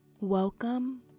welcome